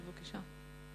בבקשה.